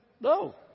No